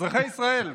אזרחי ישראל,